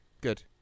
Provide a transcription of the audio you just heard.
good